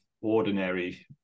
ordinary